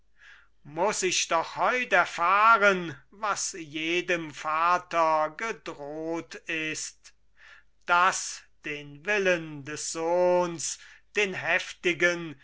muß ich doch heut erfahren was jedem vater gedroht ist daß den willen des sohns den heftigen